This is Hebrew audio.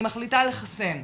אני מחליטה לחסן?